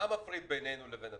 מה מפריד בינינו לבין התקציב?